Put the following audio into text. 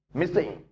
missing